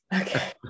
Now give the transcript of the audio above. okay